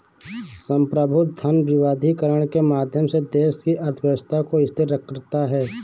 संप्रभु धन विविधीकरण के माध्यम से देश की अर्थव्यवस्था को स्थिर करता है